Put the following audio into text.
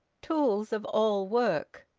tools of all work.